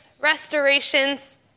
restorations